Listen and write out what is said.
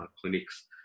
clinics